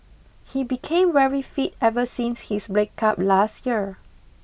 he became very fit ever since his breakup last year